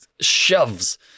shoves